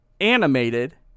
animated